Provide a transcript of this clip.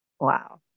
Wow